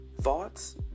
thoughts